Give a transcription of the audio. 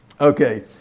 Okay